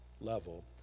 level